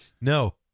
No